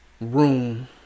room